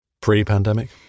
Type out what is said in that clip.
Pre-pandemic